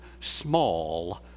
small